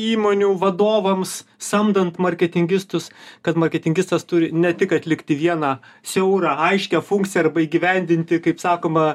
įmonių vadovams samdant marketingistus kad marketingistas turi ne tik atlikti vieną siaurą aiškią funkciją arba įgyvendinti kaip sakoma